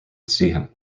seaham